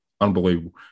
Unbelievable